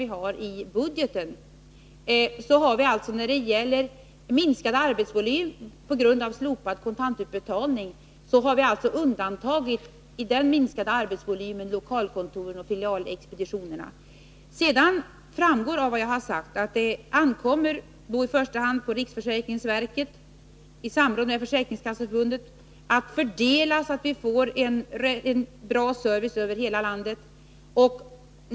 I vårt budgetförslag har vi undantagit den minskade arbetsvolym som uppkommer vid lokalkontoren och filialexpeditionerna på grund av de slopade kontantutbetalningarna. Av vad jag har sagt framgår vidare att det i första hand ankommer på riksförsäkringsverket att i samråd med Försäkringskasseförbundet fördela servicen så, att den blir bra över hela landet.